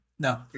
No